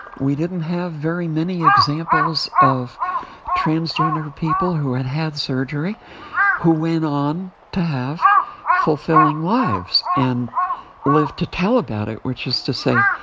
we didn't have very many examples of transgender people who had had surgery who went on to have fulfilling lives and live to tell about it, which is to say,